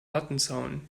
lattenzaun